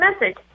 message